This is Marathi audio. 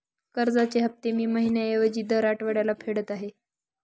कर्जाचे हफ्ते मी महिन्या ऐवजी दर आठवड्याला फेडत आहे